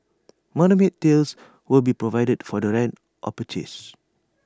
tails will be provided for the rent or purchase